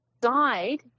died